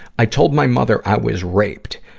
i told my mother i was raped.